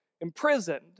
Imprisoned